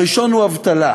המושג הראשון הוא אבטלה.